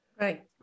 Right